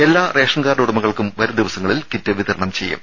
എല്ലാ ration card ഉടമകൾക്കും വരും ദിവസങ്ങളിൽ കിറ്റ് വിതരണം ചെയ്യും